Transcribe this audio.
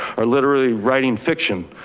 are literally writing fiction,